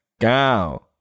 go